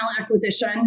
acquisition